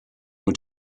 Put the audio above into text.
were